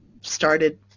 started